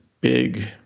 big